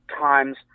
times